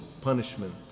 punishment